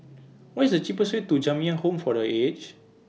What IS The cheapest Way to Jamiyah Home For The Aged